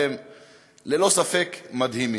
וללא ספק הם מדהימים.